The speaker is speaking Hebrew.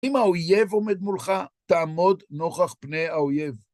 אם האויב עומד מולך, תעמוד נוכח פני האויב.